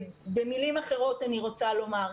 במילים אחרות אני רוצה לומר,